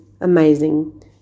amazing